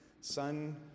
Son